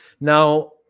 Now